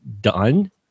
done